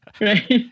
Right